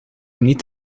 niet